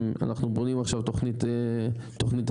אנחנו בונים עכשיו תוכנית אסטרטגית,